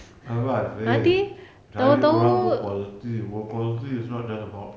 that's why I say cari orang berkualiti berkualiti is not just about